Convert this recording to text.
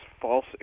false